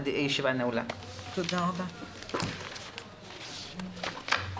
הישיבה ננעלה בשעה 13:04.